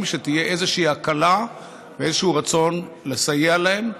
שיהיו איזושהי הקלה ואיזשהו רצון לסייע להם.